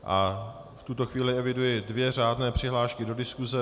V tuto chvíli eviduji dvě řádné přihlášky do diskuse.